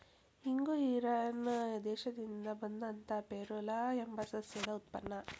ಇಂಗು ಇರಾನ್ ದೇಶದಿಂದ ಬಂದಂತಾ ಫೆರುಲಾ ಎಂಬ ಸಸ್ಯದ ಉತ್ಪನ್ನ